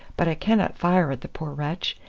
but i cannot fire at the poor wretch,